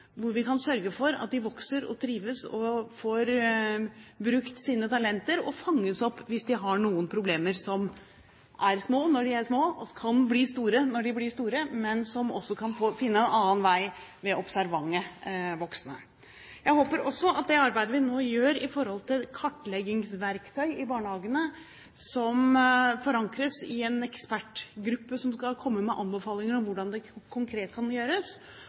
hvor vi kan sørge for at de vokser og trives og får brukt sine talenter og fanges opp hvis de har noen problemer, som er små når de er små, og som kan bli store når de blir store, men som også kan finne en annen vei ved observante voksne. Jeg håper også at vi kan lande det arbeidet vi nå gjør med tanke på kartleggingsverktøy i barnehagene – som forankres i en ekspertgruppe som skal komme med anbefalinger om hvordan det konkret kan gjøres,